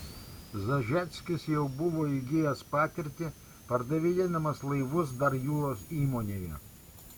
zažeckis jau buvo įgijęs patirtį pardavinėdamas laivus dar jūros įmonėje